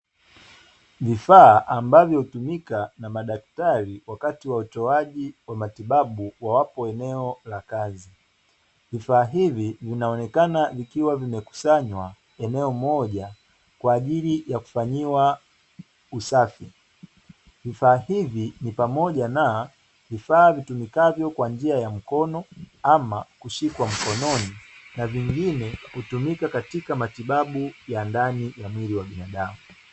Vifaa ambavyo hutumika na madaktari wakati wa utoaji wa matibabu wawapo eneo la kazi. Vifaa hivi vinaonekana vikiwa vimekusanywa eneo moja, kwa ajili ya kufanyiwa usafi. Vifaa hivi ni pamoja na vifaa vitumikavyo kwa njia ya mkono ama kushikwa mkononi, na vingine kutumika katika matibabu ya ndani ya mwili wa binadamu.